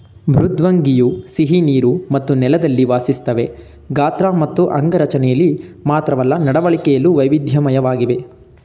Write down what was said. ಮೃದ್ವಂಗಿಯು ಸಿಹಿನೀರು ಮತ್ತು ನೆಲದಲ್ಲಿ ವಾಸಿಸ್ತವೆ ಗಾತ್ರ ಮತ್ತು ಅಂಗರಚನೆಲಿ ಮಾತ್ರವಲ್ಲ ನಡವಳಿಕೆಲು ವೈವಿಧ್ಯಮಯವಾಗಿವೆ